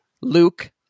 Luke